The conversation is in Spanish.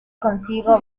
consigo